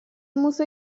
muso